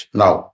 now